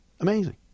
Amazing